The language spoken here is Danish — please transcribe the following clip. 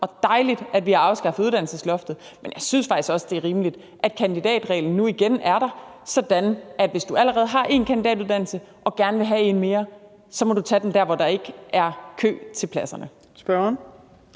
og dejligt, at vi har afskaffet uddannelsesloftet. Men jeg synes faktisk også, det er rimeligt, at kandidatreglen nu igen er der, sådan at hvis du allerede har en kandidatuddannelse og gerne vil have en mere, så må du tage den der, hvor der ikke er kø til pladserne.